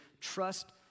trust